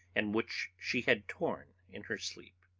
and which she had torn in her sleep.